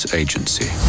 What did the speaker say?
agency